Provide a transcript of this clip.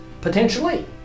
Potentially